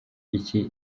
iki